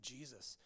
Jesus